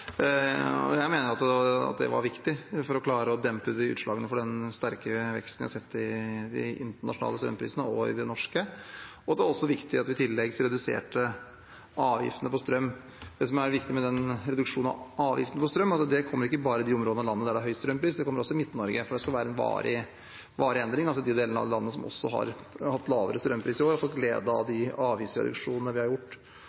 det. Jeg mener det var viktig for å klare å dempe utslagene av den sterke veksten vi har sett i de internasjonale strømprisene, og også i de norske. Det er også viktig at vi i tillegg reduserte avgiftene på strøm. Det som er viktig med den reduksjonen, er at det ikke bare kommer i de områdene av landet der det er høy strømpris, det kommer også i Midt-Norge – for det skal være en varig endring. De delene av landet som har hatt lavere strømpriser i år, har også fått glede av de avgiftsreduksjonene vi har gjort.